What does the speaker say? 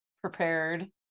prepared